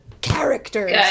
characters